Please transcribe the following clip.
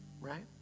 Right